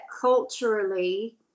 culturally